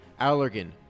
Allergan